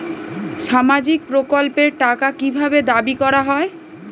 সামাজিক প্রকল্পের টাকা কি ভাবে দাবি করা হয়?